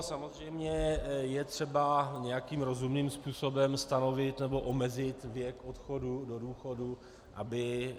Samozřejmě je třeba nějakým rozumným způsobem stanovit nebo omezit věk odchodu do důchodu, aby...